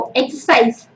exercise